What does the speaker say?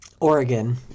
Oregon